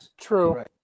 True